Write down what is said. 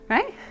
Right